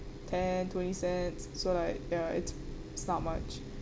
ten twenty cents so like ya it's it's not much